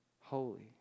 holy